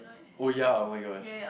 oh ya !oh my gosh!